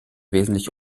wesentlich